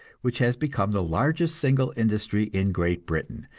which has become the largest single industry in great britain,